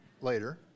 later